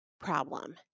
problem